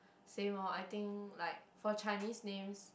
same lor I think like for Chinese names